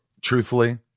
truthfully